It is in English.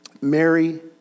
Mary